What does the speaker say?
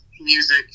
music